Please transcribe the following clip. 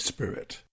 Spirit